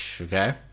Okay